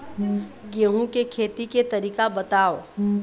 गेहूं के खेती के तरीका बताव?